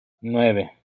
nueve